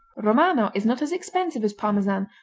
romano is not as expensive as parmesan,